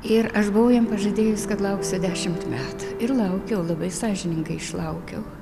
ir aš buvau jam pažadėjus kad lauksiu dešimt metų ir laukiau labai sąžiningai išlaukiau